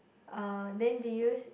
uh then did you